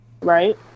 Right